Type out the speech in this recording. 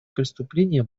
преступление